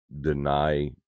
deny